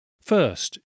First